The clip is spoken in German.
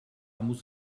muss